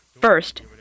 First